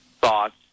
thoughts